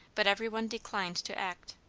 but every one declined to act.